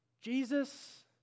Jesus